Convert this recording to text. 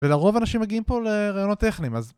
ולרוב אנשים מגיעים פה לרעיונות טכניים, אז...